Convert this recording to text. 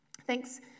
Thanks